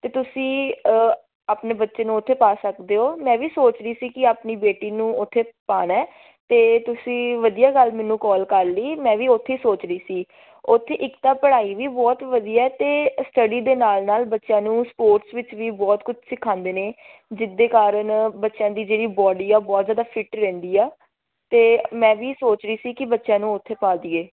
ਅਤੇ ਤੁਸੀਂ ਆਪਣੇ ਬੱਚੇ ਨੂੰ ਉੱਥੇ ਪਾ ਸਕਦੇ ਹੋ ਮੈਂ ਵੀ ਸੋਚਦੀ ਸੀ ਕਿ ਆਪਣੀ ਬੇਟੀ ਨੂੰ ਉੱਥੇ ਪਾਉਣਾ ਅਤੇ ਤੁਸੀਂ ਵਧੀਆ ਗੱਲ ਮੈਨੂੰ ਕੋਲ ਕਰ ਲਈ ਮੈਂ ਵੀ ਉੱਥੇ ਹੀ ਸੋਚ ਰਹੀ ਸੀ ਉੱਥੇ ਇੱਕ ਤਾਂ ਪੜ੍ਹਾਈ ਵੀ ਬਹੁਤ ਵਧੀਆ ਅਤੇ ਸਟੱਡੀ ਦੇ ਨਾਲ ਨਾਲ ਬੱਚਿਆਂ ਨੂੰ ਸਪੋਰਟਸ ਵਿੱਚ ਵੀ ਬਹੁਤ ਕੁਛ ਸਿਖਾਉਂਦੇ ਨੇ ਜਿਹਦੇ ਕਾਰਨ ਬੱਚਿਆਂ ਦੀ ਜਿਹੜੀ ਬੋਡੀ ਆ ਉਹ ਬਹੁਤ ਜ਼ਿਆਦਾ ਫਿੱਟ ਰਹਿੰਦੀ ਆ ਅਤੇ ਮੈਂ ਵੀ ਸੋਚ ਰਹੀ ਸੀ ਕਿ ਬੱਚਿਆਂ ਨੂੰ ਉੱਥੇ ਪਾ ਦੇਈਏ